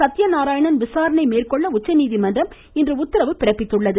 சத்தியநாராயணன் விசாரணை மேற்கொள்ள உச்சநீதிமன்றம் இன்று உத்தரவு பிறப்பித்துள்ளது